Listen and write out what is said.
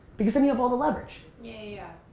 because then you have all the leverage. yeah, yeah,